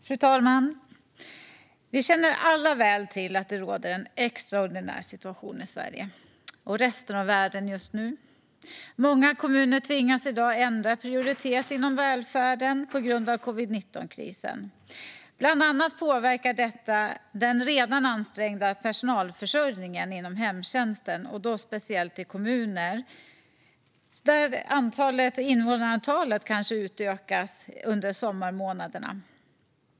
Fru talman! Vi känner alla väl till att det råder en extraordinär situation i Sverige och i resten av världen just nu. Många kommuner tvingas i dag ändra prioriteringar inom välfärden på grund av covid-19-krisen. Bland annat påverkar detta den redan ansträngda personalförsörjningen inom hemtjänsten, och då speciellt i kommuner där invånarantalet utökas under sommarmånaderna.